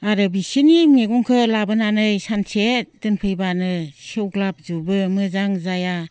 आरो बिसोरनि मौगंखौ लाबोनानै सानसे दोनफैबानो सेवग्लाबजोबो मोजां जाया